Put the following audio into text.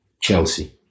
Chelsea